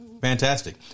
fantastic